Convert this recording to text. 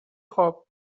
خوب